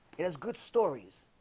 he has good stories.